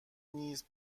نیز